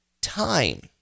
time